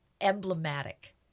emblematic